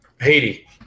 Haiti